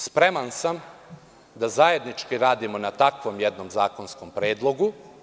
Spreman sam da zajednički radimo na takvom jednom zakonskom predlogu.